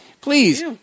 Please